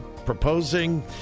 proposing